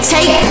Take